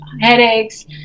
headaches